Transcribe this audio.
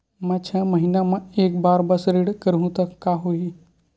मैं छै महीना म एक बार बस ऋण करहु त का होही?